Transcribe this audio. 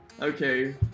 Okay